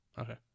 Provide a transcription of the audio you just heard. Okay